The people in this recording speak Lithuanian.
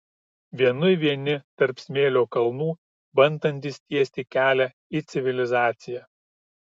vienui vieni tarp smėlio kalnų bandantys tiesti kelią į civilizaciją